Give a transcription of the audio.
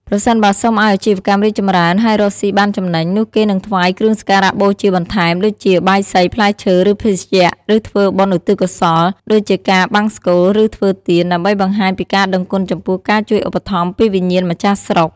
ប្រសិនបើសុំឲ្យអាជីវកម្មរីកចម្រើន ហើយរកស៊ីបានចំណេញ នោះគេនឹងថ្វាយគ្រឿងសក្ការៈបូជាបន្ថែម ដូចជា បាយសី ផ្លែឈើ ឬភេសជ្ជៈ ឬធ្វើបុណ្យឧទ្ទិសកុសល ដូចជាការបង្សុកូល ឬធ្វើទាន ដើម្បីបង្ហាញការដឹងគុណចំពោះការជួយឧបត្ថម្ភពីវិញ្ញាណម្ចាស់ស្រុក។